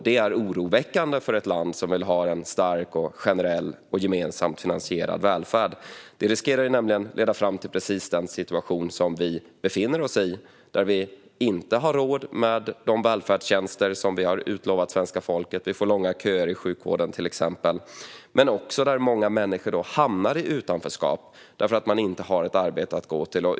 Detta är oroväckande för ett land som vill ha en stark, generell och gemensamt finansierad välfärd. Det riskerar nämligen att leda fram till precis den situation som vi befinner oss i, där vi inte har råd med de välfärdstjänster som vi har utlovat till svenska folket, där vi till exempel får långa köer i sjukvården men också där många människor hamnar i utanförskap därför att de inte har ett arbete att gå till.